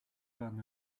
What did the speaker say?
than